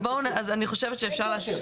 אני חושבת שאפשר להשאיר